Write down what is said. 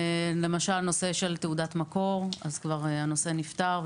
למשל הנושא של תעודת המקור כבר נפתר,